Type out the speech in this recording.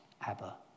Abba